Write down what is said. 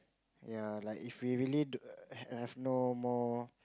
ya like if we really to err have no more